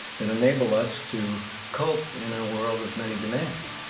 that enable us to cope in a world of many demands